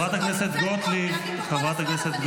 אוי --- אני נמצאת פה כל הזמן,